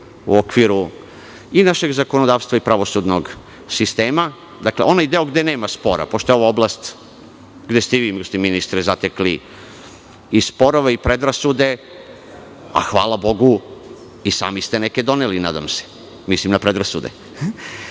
u okviru i našeg zakonodavstva i pravosudnog sistema. Dakle, onaj deo koji nema spora, pošto je ovo oblast gde ste i vi, gospodine ministre, zatekli i sporove i predrasude, a hvala bogu i sami ste neke doneli, nadam se. Mislim na predrasude.